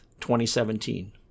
2017